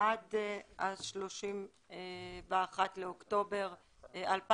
עד ה-31 לאוקטובר 2021,